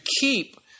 keep